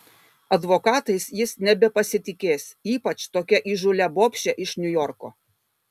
advokatais jis nebepasitikės ypač tokia įžūlia bobše iš niujorko